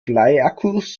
bleiakkus